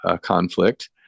conflict